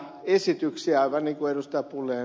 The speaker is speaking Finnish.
aivan niin kuin ed